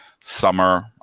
summer